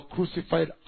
crucified